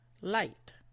Light